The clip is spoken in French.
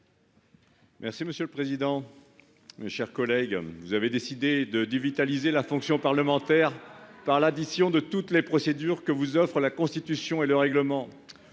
: La parole est à M. Daniel Salmon. Vous avez décidé de dévitaliser la fonction parlementaire par l'addition de toutes les procédures que vous offrent la Constitution et le règlement.